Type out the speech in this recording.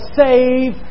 save